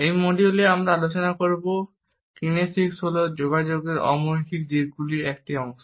এই মডিউলে আমরা আলোচনা করব কাইনেসিক্স হল যোগাযোগের অমৌখিক দিকগুলির একটি অংশ